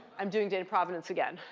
i'm doing data provenance again.